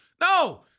No